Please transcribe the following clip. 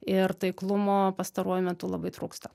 ir taiklumo pastaruoju metu labai trūksta